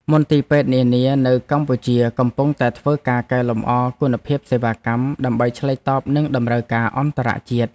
មន្ទីរពេទ្យនានានៅកម្ពុជាកំពុងតែធ្វើការកែលម្អគុណភាពសេវាកម្ម ដើម្បីឆ្លើយតបនឹងតម្រូវការអន្តរជាតិ។